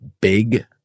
big